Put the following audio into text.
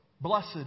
blessed